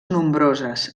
nombroses